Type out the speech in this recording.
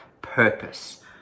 purpose